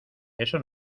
eso